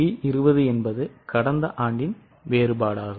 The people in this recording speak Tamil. B 20 என்பது கடந்த ஆண்டின் வேறுபாடாகும்